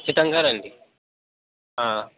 ఖచ్చితంగా రండి